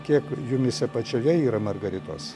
kiek jumyse pačioje yra margaritos